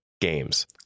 games